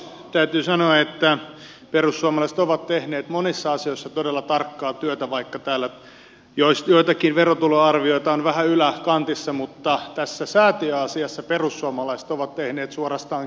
täytyy sanoa että perussuomalaiset ovat tehneet monissa asioissa todella tarkkaa työtä vaikka täällä joitakin verotuloarvioita on vähän yläkantissa mutta tässä säätiöasiassa perussuomalaiset ovat tehneet suorastaan kirurgintarkkaa työtä